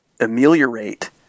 ameliorate